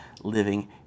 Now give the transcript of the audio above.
living